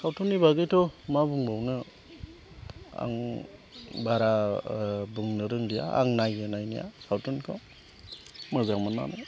सावथुननि बागैथ' मा बुंबावनो आं बारा बुंनो रोंलिया आं नायो नायनाया सावथुनखौ मोजां मोननानै